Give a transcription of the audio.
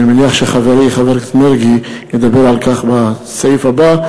אני מניח שחברי חבר הכנסת מרגי ידבר על כך בסעיף הבא,